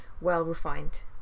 well-refined